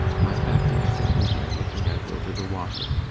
i have been sitting here looking out over the water.